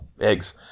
eggs